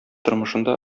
тормышында